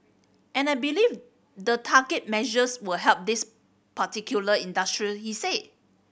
and I believe the targeted measures will help these particular industry he said